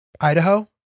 Idaho